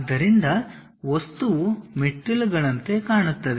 ಆದ್ದರಿಂದ ವಸ್ತುವು ಮೆಟ್ಟಿಲುಗಳಂತೆ ಕಾಣುತ್ತದೆ